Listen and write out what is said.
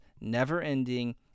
Never-ending